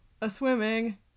A-swimming